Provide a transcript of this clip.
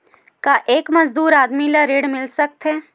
का एक मजदूर आदमी ल ऋण मिल सकथे?